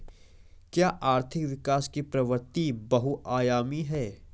क्या आर्थिक विकास की प्रवृति बहुआयामी है?